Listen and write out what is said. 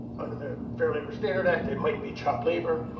under the fair labor standard act might be child labor,